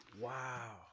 Wow